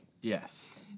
Yes